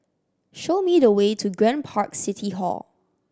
show me the way to Grand Park City Hall